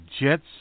Jets